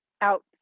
out